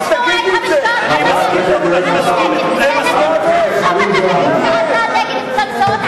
אז תגידי את זה, גם אתה תגיד על פצצות,